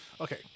Okay